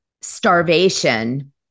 starvation